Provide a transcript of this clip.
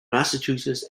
massachusetts